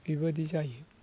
बेबायदि जायो